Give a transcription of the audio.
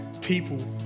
people